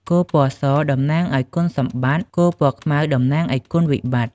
គោ ពណ៌ស តំណាងឱ្យគុណសម្បត្តិ គោពណ៌ខ្មៅ តំណាងឱ្យគុណវិបិត្ត។